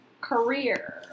career